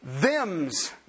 Them's